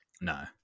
no